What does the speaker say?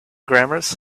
grammars